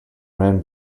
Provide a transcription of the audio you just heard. ran